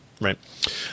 Right